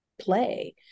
play